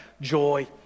Joy